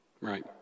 Right